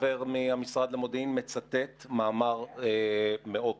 החבר מהמשרד לענייני מודיעין מצטט מאמר מאוקספורד